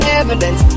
evidence